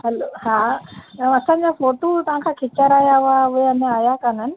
hello हा असांजा photo तव्हांखां खेचाराया हुयाव हो अञा आया कोन्हनि